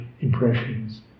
impressions